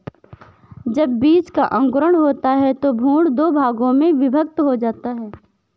जब बीज का अंकुरण होता है तो भ्रूण दो भागों में विभक्त हो जाता है